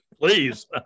Please